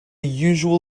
usual